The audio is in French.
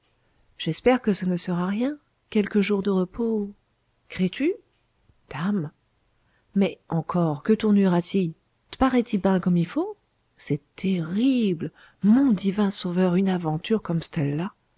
j'espère que ce ne sera rien quelques jours de repos crés tu dame mais encore queu tournure a t y tparaît t y ben comme y faut c'est terrible mon divin sauveur un'aventure comme ctelle là